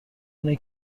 اینه